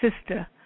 sister